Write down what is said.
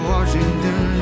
Washington